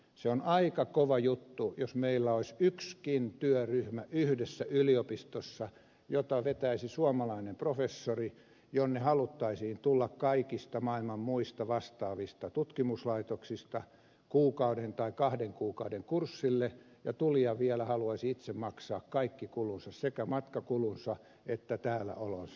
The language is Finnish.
se on aika kova juttu jos meillä olisi edes yhdessä yliopistossa yksikin työryhmä jota vetäisi suomalainen professori ja jonne haluttaisiin tulla kaikista maailman muista vastaavista tutkimuslaitoksista kuukauden tai kahden kuukauden kurssille ja tulija vielä haluaisi itse maksaa kaikki kulunsa sekä matkakulunsa että täälläolonsa